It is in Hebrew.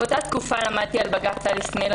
באותה תקופה למדתי על בג"ץ אליס מילר